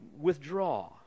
withdraw